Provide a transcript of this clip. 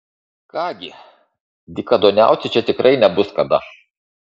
ką gi dykaduoniauti čia tikrai nebus kada